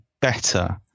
better